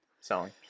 Selling